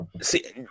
See